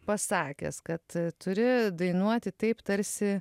pasakęs kad turi dainuoti taip tarsi